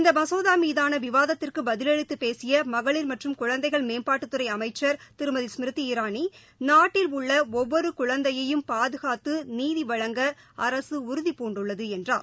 இந்த மசோதா மீதான விவாத்திற்குப் பதிலளித்துப் பேசிய மகளிர் மற்றும் குழந்தைகள் மேம்பாட்டுத் துறை அமைச்சர் திருமதி ஸ்மிரிதி இராணி நாட்டில் உள்ள ஒவ்வொரு குழந்தையையும் பாதுகாத்து நீதி வழங்க அரசு உறுதிபூண்டுள்ளது என்றார்